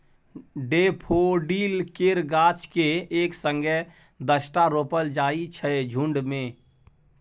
daffodil केर गाछ केँ एक संगे दसटा रोपल जाइ छै झुण्ड मे